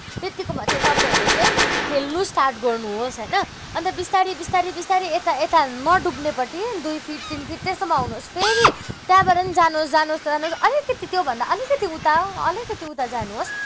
त्यतिकोमा चाहिँ तपाईँहरू चाहिँ खेल्नु स्टार्ट गर्नुहोस् होइन अन्त बिस्तारी बिस्तारी बिस्तारी यता यता नडुब्नेपट्टि दुई फिट तिन फिट त्यस्तोमा आउनुहोस् फेरि त्यहाँबाट नि जानुहोस् जानुहोस् जानुहोस् अलिकति त्यो भन्दा अलिकति उता अलिकति उता जानुहोस्